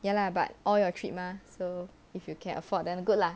ya lah but all your trip mah so if you can afford then good lah